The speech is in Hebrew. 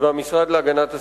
והמשרד להגנת הסביבה,